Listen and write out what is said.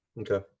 Okay